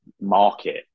market